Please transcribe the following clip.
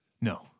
No